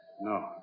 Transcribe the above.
No